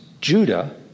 Judah